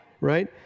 right